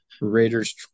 Raiders